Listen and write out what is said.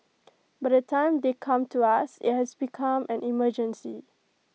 by the time they come to us IT has become an emergency